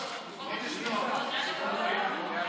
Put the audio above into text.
ולקיום תוקפן של תקנות שעת חירום (נגיף הקורונה החדש,